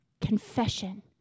Confession